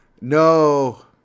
No